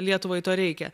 lietuvai to reikia